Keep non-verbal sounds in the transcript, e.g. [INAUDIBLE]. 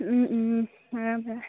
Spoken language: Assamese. [UNINTELLIGIBLE]